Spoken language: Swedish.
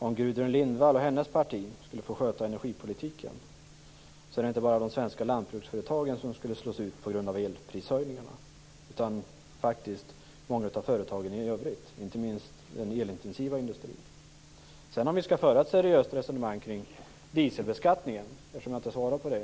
Om Gudrun Lindvall och hennes parti skulle få sköta energipolitiken skulle inte bara de svenska lantbruksföretagen slås ut på grund av elprishöjningarna utan även många andra företag, inte minst den elintensiva industrin. Jag svarade inte på frågan om dieselbeskattningen i mitt förra inlägg.